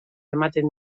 ematen